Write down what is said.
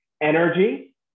energy